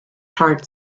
heart